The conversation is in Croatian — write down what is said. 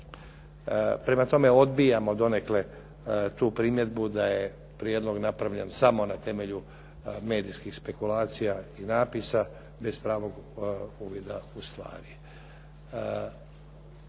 Prema tome, odbijamo donekle tu primjedbu da je prijedlog napravljen samo na temelju medijskih spekulacija i napisa, bez pravog uvida u stvari.